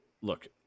look